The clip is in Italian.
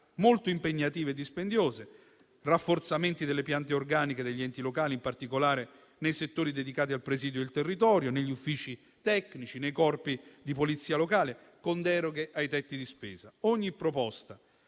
molto impegnative e dispendiose, rafforzamenti delle piante organiche degli enti locali in particolare nei settori dedicati al presidio del territorio, negli uffici tecnici e nei corpi di polizia locale, con deroghe ai tetti di spesa. Ogni proposta